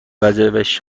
وجبش